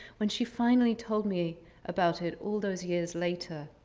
when she finally told me about it all those years later.